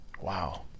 Wow